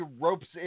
ropes